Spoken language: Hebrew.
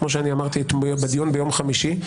כמו שאמרתי בדיון ביום חמישי,